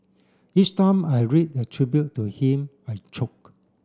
each time I read a tribute to him I choke